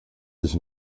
sich